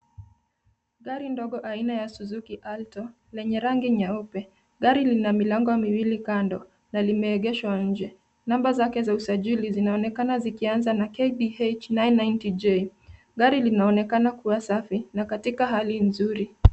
Gari ndogo aina ya suzuki alto lenye rangi nyeupe. Gari lina milango miwili kando na limeegeshwa nje. Namba zake za usajili zinaonekana zikianza na KDH nine ninety J.Gari linaonekana kuwa safi na katika hali nzuri.